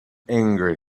angry